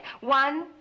One